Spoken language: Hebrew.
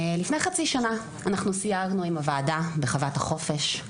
לפני חצי שנה אנחנו סיירנו עם הוועדה בחוות החופש,